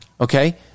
Okay